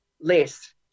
less